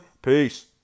Peace